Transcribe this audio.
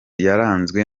yaranzwe